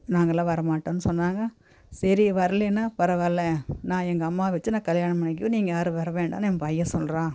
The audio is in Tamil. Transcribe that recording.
நாங்கலாம் வர மாட்டோம்னு சொன்னாங்க சரி வரலேன்னா பரவாயில்லை நான் எங்கள் அம்மாவை வச்சு நான் கல்யாணம் பண்ணிக்கிறேன் நீங்கள் யாரும் வர வேண்டாம்னு என் பையன் சொல்றான்